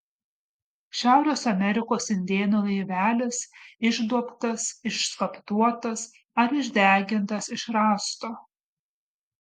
šiaurės amerikos indėnų laivelis išduobtas išskaptuotas ar išdegintas iš rąsto